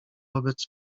wobec